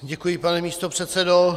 Děkuji, pane místopředsedo.